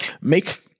Make